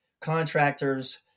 contractors